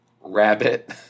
rabbit